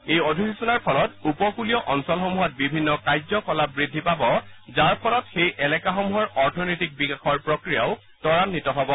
এই অধিসূচনাৰ ফলত উপকূলীয় অঞ্চলসমূহত বিভিন্ন কাৰ্য্য কলাপ বৃদ্ধি পাব যাৰ ফলত সেই এলেকাসমূহৰ অৰ্থনৈতিক বিকাশৰ প্ৰক্ৰিয়াও ত্বৰান্বিত হ'ব